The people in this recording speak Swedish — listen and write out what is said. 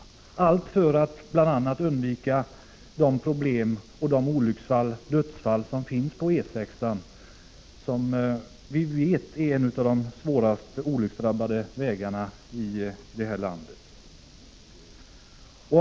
Som bekant är E 6 en av de svårast olycksdrabbade vägarna i vårt land och ett av skälen till en sådan utbyggnad är att man vill undvika olycksfall och dödsfall på den här sträckan.